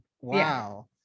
wow